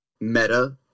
meta